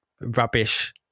rubbish